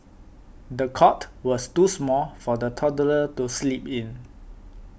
the cot was too small for the toddler to sleep in